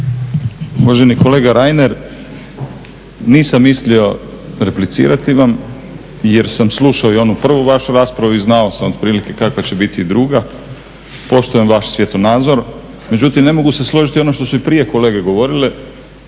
Uvaženi kolega Reiner, nisam mislio replicirati vam jer sam slušao i onu prvu vašu raspravu, i znao sam otprilike kakva će biti i druga. Poštujem vaš svjetonazor, međutim ne mogu se složiti, ono što su i prije kolege govorile,